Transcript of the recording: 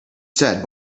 said